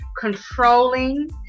controlling